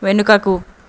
వెనుకకు